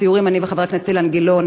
אני וחבר הכנסת אילן גילאון,